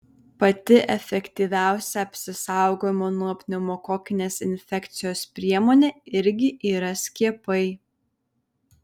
pati efektyviausia apsisaugojimo nuo pneumokokinės infekcijos priemonė irgi yra skiepai